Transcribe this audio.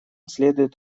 следует